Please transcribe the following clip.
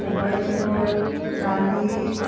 सबाइ जहल दालि